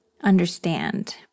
understand